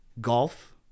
golf